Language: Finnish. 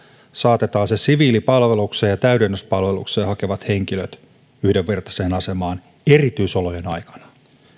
saatetaan siviilipalvelukseen ja täydennyspalvelukseen hakevat henkilöt yhdenvertaiseen asemaan erityisolojen aikana